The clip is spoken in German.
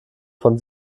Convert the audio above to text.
von